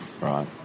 Right